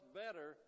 better